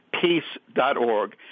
peace.org